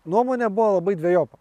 nuomonė buvo labai dvejopa